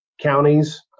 counties